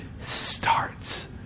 starts